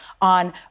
on